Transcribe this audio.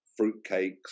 fruitcakes